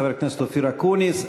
חבר הכנסת אופיר אקוניס.